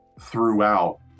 throughout